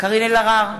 קארין אלהרר,